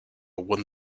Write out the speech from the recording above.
won